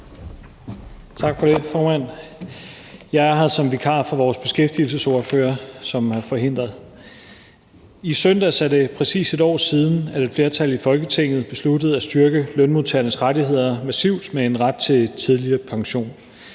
Tak for det, formand. Jeg er her som vikar for vores beskæftigelsesordfører, som er forhindret. I søndags er det præcis 1 år siden, at et flertal i Folketinget besluttede at styrke lønmodtagernes rettigheder massivt med en ret til tidligere pension